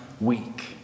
week